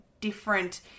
different